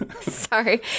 Sorry